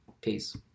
Peace